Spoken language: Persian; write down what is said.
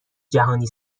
جهانی